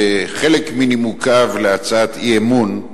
בחלק מהנימוקים להצעת אי-אמון,